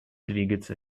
двигаться